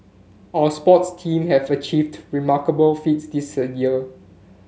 our sports team have achieved remarkable feats this a year